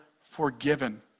forgiven